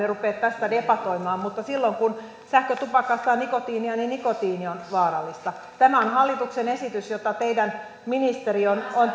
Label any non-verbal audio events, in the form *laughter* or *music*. *unintelligible* rupea tästä debatoimaan mutta silloin kun sähkötupakassa on nikotiinia nikotiini on vaarallista tämä on hallituksen esitys jonka teidän ministerinne on *unintelligible*